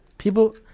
People